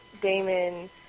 Damon